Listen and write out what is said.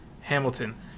Hamilton